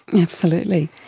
absolutely.